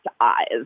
eyes